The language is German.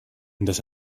das